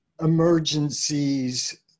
emergencies